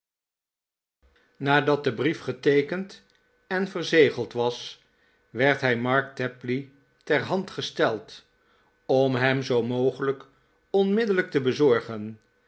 nadat de brief geteekend en verzegeld was werd hij mark tapley ter hand gesteld om hem zoo mogelijk onmiddellijk te bezorgen